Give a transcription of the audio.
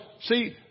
see